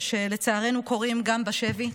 שלצערנו קורים גם בשבי: